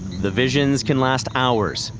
the visions can last hours.